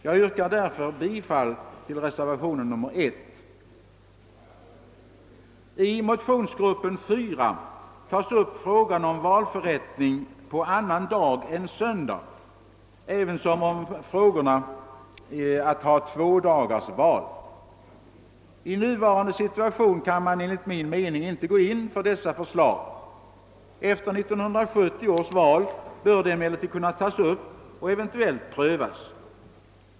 Jag yrkar därför bifall till reservationen 1. I motionsgruppen 4 tas upp frågan om valförrättning på annan dag än söndag, ävensom frågorna om att ha tvådagarsval. I nuvarande situation kan man enligt min mening inte gå in för detta förslag. Efter 1970 års val bör det emellertid kunna tas upp till eventuell prövning.